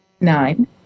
nine